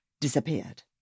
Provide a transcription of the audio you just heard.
disappeared